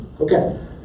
Okay